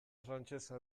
frantsesa